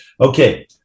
okay